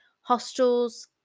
Hostels